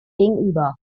gegenüber